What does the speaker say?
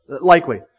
likely